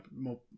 more